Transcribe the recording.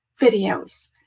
videos